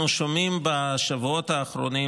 אנחנו שומעים בשבועות האחרונים,